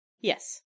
Yes